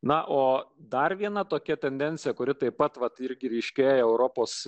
na o dar viena tokia tendencija kuri taip pat vat irgi ryškėja europos